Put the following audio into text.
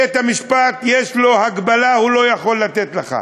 בית-המשפט יש לו הגבלה, הוא לא יכול לתת לך.